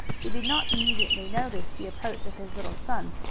he did not immediately notice the approach of his little son.